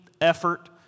effort